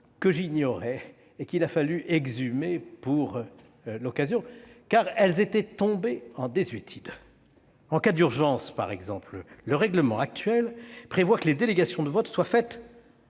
que j'ignorais et qu'il a fallu exhumer pour l'occasion, car elles étaient tombées en désuétude. En cas d'urgence, par exemple, le règlement actuel prévoit que les délégations de vote sont faites